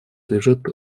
лежит